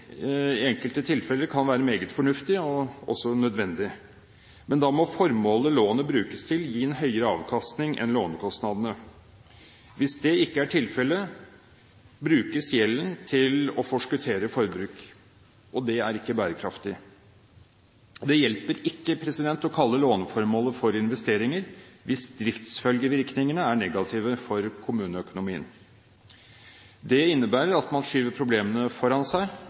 i enkelte tilfeller kan være meget fornuftig og også nødvendig. Men da må formålet lånet brukes til, gi en høyere avkastning enn lånekostnadene. Hvis det ikke er tilfellet, brukes gjelden til å forskuttere forbruk, og det er ikke bærekraftig. Det hjelper ikke å kalle låneformålet for investeringer, hvis driftsfølgevirkningene er negative for kommuneøkonomien. Det innebærer at man skyver problemene foran seg